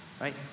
right